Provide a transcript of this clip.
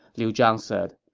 liu zhang said.